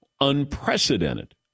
unprecedented